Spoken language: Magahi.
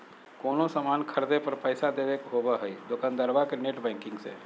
कोनो सामान खर्दे पर पैसा देबे के होबो हइ दोकंदारबा के नेट बैंकिंग से